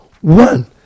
one